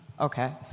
Okay